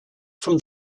from